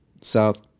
South